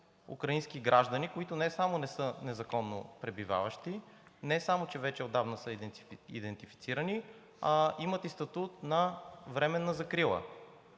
украински граждани, които не само че не са незаконно пребиваващи, не само, че вече отдавна са идентифицирани, а имат и статут на временна закрила.